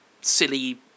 silly